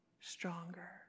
stronger